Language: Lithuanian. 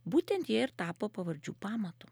būtent jie ir tapo pavardžių pamatu